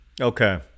okay